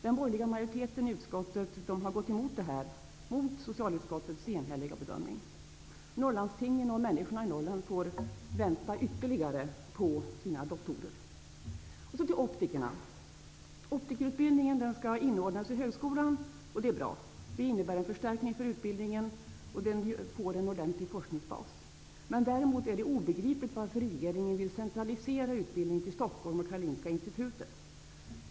Den borgerliga majoriteten i utskottet har gått emot socialutskottets enhälliga bedömning. Norrlandslandstingen och människorna i Norrland får vänta ytterligare på sina doktorer. Så till optikerutbildningen. Den skall inordnas i högskolan, och det är bra. Det innebär en förstärkning av utbildningen, och utbildningen får en ordentlig forskningsbas. Däremot är det obegripligt varför regeringen ville centralisera utbildningen till Stockholm och Karolinska institutet.